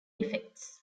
defects